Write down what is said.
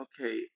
Okay